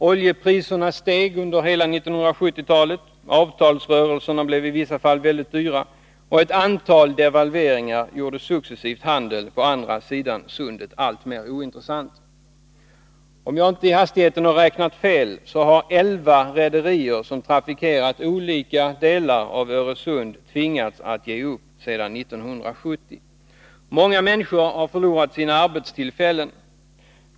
Oljepriserna steg under hela 1970 talet, avtalsörelserna blev i vissa fall väldigt dyra, och ett antal devalveringar gjorde successivt handel på andra sidan sundet alltmer ointressant. Om jag inte i hastigheten har räknat fel, har elva rederier, som trafikerat olika delar av Öresund, tvingats ge upp sedan 1970. Många människor ha förlorat sina arbetstillfällen.